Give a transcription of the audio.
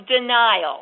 denial